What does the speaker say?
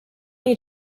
need